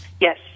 Yes